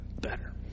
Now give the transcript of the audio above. better